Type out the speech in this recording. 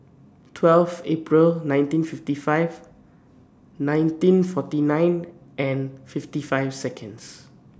twelve April nineteen fifty five nineteen forty nine and fifty five Seconds